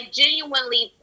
genuinely